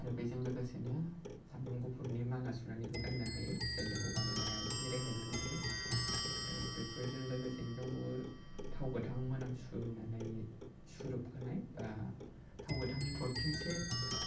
आरो बेजों लोगोसेनो सामब्राम गुफुरनि माला सुनानैबो गाननो हायो जायजों गगा मोननाया एसे रेहाय मोनो आरो ओमफ्राय बेफोरजों लोगोसेनो दंबावो थाव गोथां मोनामसुनानै सुरुपखोनाय बा थाव गोथांनि थरथिंसे